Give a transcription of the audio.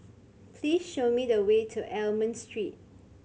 please show me the way to Almond Street